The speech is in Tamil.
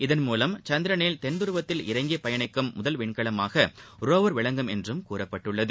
இதன்மூலம் சந்திரனின் தென்துருவத்தில் இறங்கி பயணிக்கும் முதல் விண்கலமாக ரோவா் விளங்கும் என்றும் கூறப்பட்டுள்ளது